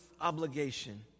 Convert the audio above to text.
obligation